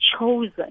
chosen